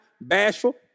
bashful